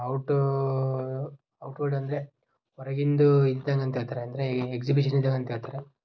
ಔಟೂ outward ಅಂದರೆ ಹೊರಗಿಂದೂ ಇದ್ದಂಗೆ ಅಂತ ಹೇಳ್ತಾರೆ ಅಂದರೆ ಈ ಎಗ್ಸಿಬಿಷನ್ ಇದ್ದಂಗೆ ಅಂತ ಹೇಳ್ತಾರೆ